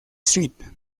street